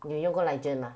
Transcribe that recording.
你有用过 Ligent mah